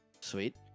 Sweet